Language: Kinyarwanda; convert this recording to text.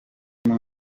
zimwe